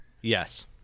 Yes